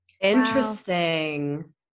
Interesting